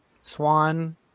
swan